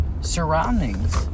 surroundings